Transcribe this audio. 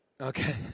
Okay